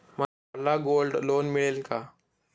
मला gold loan मिळेल का?